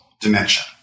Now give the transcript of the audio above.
dimension